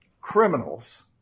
Criminals